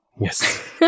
Yes